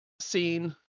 scene